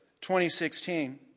2016